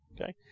Okay